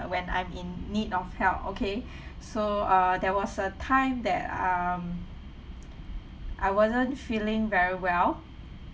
when I'm in need of help okay so uh there was a time that um I wasn't feeling very well